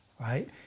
right